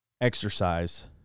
exercise